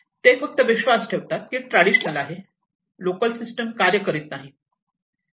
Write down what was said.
ते फक्त विश्वास ठेवतात की ट्रॅडिशनल आहे लोकल सिस्टम कार्य करत नाहीत